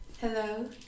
Hello